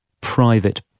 private